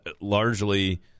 largely